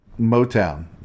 Motown